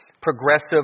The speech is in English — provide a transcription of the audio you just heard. progressive